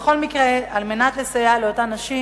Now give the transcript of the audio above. בכל מקרה, על מנת לסייע לאותן נשים,